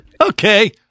Okay